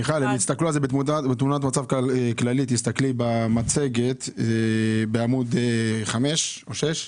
מיכל, תסתכלי בעמוד 5 או 6 במצגת.